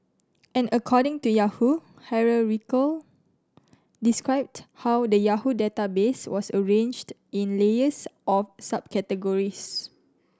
and according to Yahoo hierarchical described how the Yahoo database was arranged in layers of subcategories